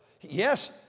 Yes